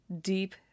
deep